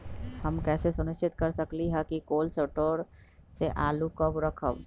हम कैसे सुनिश्चित कर सकली ह कि कोल शटोर से आलू कब रखब?